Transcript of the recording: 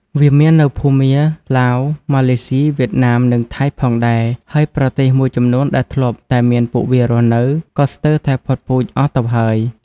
វាមាននៅភូមា ឡាវ ម៉ាឡេស៊ី វៀតណាម និងថៃផងដែរ ហើយប្រទេសមួយចំនួនដែលធ្លាប់តែមានពួកវារស់នៅ ក៏ស្ទើរតែផុតពូជអស់ទៅហើយ។